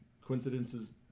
coincidences